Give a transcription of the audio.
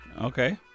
Okay